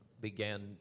began